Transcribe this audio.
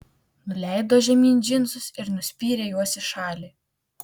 nuleido žemyn džinsus ir nuspyrė juos į šalį